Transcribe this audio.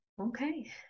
Okay